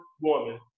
woman